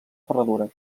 ferradura